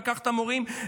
לקחת מורים,